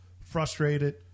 frustrated